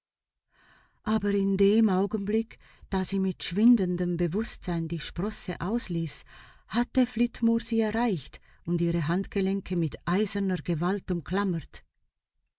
aber in dem augenblick da sie mit schwindendem bewußtsein die sprosse losließ hatte flitmore sie erreicht und ihre handgelenke mit eiserner gewalt umklammert